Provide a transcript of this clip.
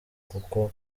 kuko